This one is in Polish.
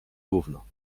gówno